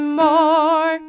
more